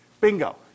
Bingo